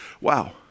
wow